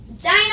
Dino